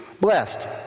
blessed